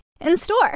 In-store